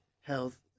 health